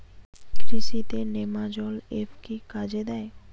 কৃষি তে নেমাজল এফ কি কাজে দেয়?